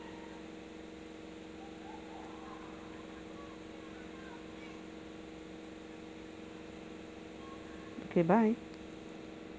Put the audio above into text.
okay bye